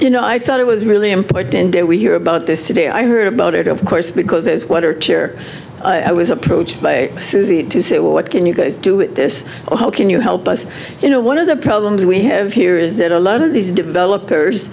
you know i thought it was really important that we hear about this today i heard about it of course because it is what are cheer i was approached by susie to say what can you guys do with this or how can you help us you know one of the problems we have here is that a lot of these developers